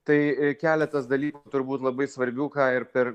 tai keletas dalykų turbūt labai svarbių ką ir per